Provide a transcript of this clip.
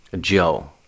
Joe